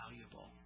Valuable